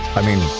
i mean,